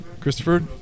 Christopher